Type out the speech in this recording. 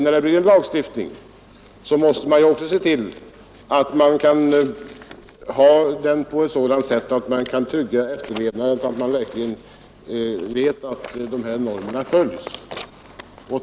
När det blir en lagstiftning, måste man ju ha den så att efterlevnaden kan tryggas, så att man verkligen vet att dessa normer följs.